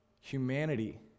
Humanity